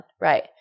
right